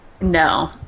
No